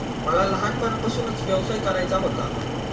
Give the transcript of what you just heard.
मला लहानपणापासूनच व्यवसाय करायचा होता